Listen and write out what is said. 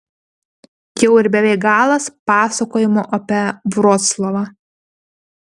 jau ir beveik galas pasakojimo apie vroclavą